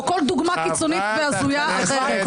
או כל דוגמה קיצונית והזויה אחרת.